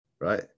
Right